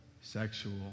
sexual